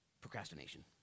Procrastination